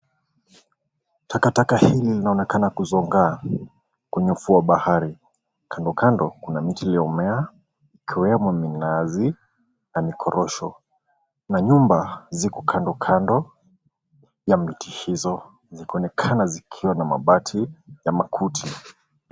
Takataka hili linaonekana kuzongaa kwenye ufuo wa bahari. Kando kando kuna miti iliyomea ikiwemo minazi na mikorosho, na nyumba ziko kando kando ya miti hizo, zikionekana zikiwa na mabati ya makuti.